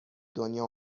دنیا